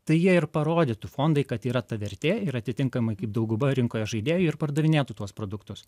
tai jie ir parodytų fondai kad yra ta vertė ir atitinkamai kaip dauguma rinkoje žaidėjų ir pardavinėtų tuos produktus